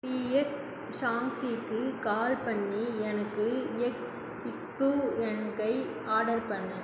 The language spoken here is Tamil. பிஎஃப் சாங்ஷீக்கு கால் பண்ணி எனக்கு எக் ஃபூ எங்கை ஆர்டர் பண்ணு